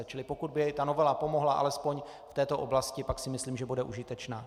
Čili pokud by ta novela pomohla alespoň v této oblasti, pak si myslím, že bude užitečná.